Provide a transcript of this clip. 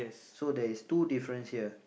so there is two difference here